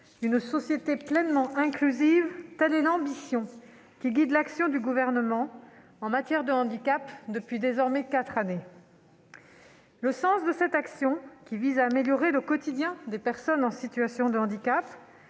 une société pleinement inclusive : telle est l'ambition qui guide l'action du Gouvernement en matière de handicap depuis désormais quatre années. Le sens de cette action, qui vise à améliorer le quotidien des personnes en situation de handicap